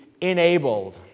enabled